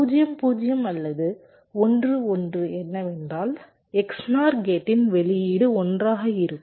0 0 அல்லது 1 1 என்றால் XNOR கேட்டின் வெளியீடு 1 ஆக இருக்கும்